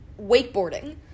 wakeboarding